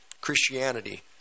Christianity